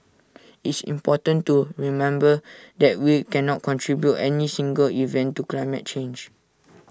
it's important to remember that we cannot attribute any single event to climate change